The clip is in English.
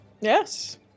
Yes